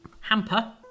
hamper